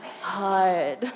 hard